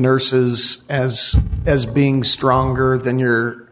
nurses as as being stronger than her